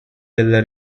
della